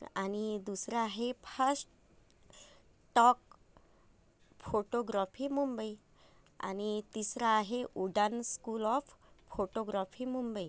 आणि दुसरं आहे फास्ट टॉक फोटोग्रॉफी मुंबई आणि तिसरं आहे Udaan school of photography Mumbai